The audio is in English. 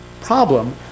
problem